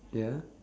ya